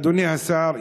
אדוני השר,